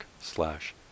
slash